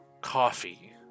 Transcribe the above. coffee